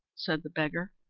said the beggar.